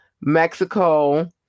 Mexico